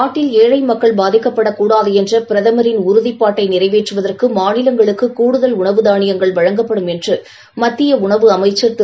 நாட்டில் ஒரு ஏழையும் பட்டினியால் வருந்தக் கூடாது என்ற பிரதமரின் உறுதிப்பாட்டை நிறைவேற்றுகதற்கு மாநிலங்களுக்கு கூடுதல் உணவு தானிபங்கள் வழங்கப்படும் என்று மத்திய உணவு அமைச்சர் திரு